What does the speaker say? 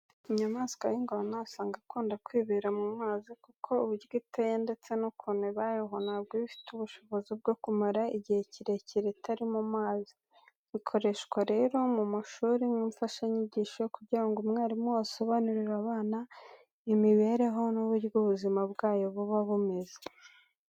Inyamaswa y'ingona usanga ikunda kwibera mu mazi kuko uburyo iteye ndetse n'ukuntu ibayeho, ntabwo iba ifite ubushobozi bwo kumara igihe kirekire itari mu mazi. Ikoreshwa rero mu mashuri nk'imfashanyigisho kugira ngo mwarimu asobanurire abana imibereho n'ububyo ubuzima bwayo buba bumeze.